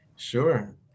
sure